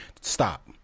Stop